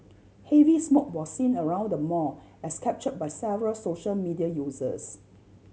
heavy smoke was seen around the mall as capture by several social media users